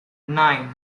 nine